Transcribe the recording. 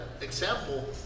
example